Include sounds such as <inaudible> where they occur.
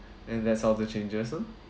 <breath> and that's all the changes loh